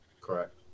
correct